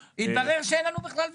מתברר שאין לנו בכלל ויכוחים.